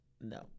no